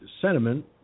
sentiment